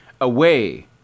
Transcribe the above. Away